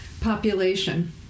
population